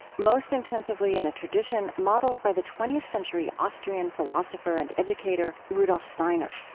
most intensively in a tradition modeled by the twentieth century austrian philosopher and educator rudolph steiner.